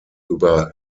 über